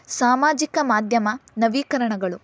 ಸಾಮಾಜಿಕ ಮಾಧ್ಯಮ ನವೀಕರಣಗಳು